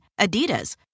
Adidas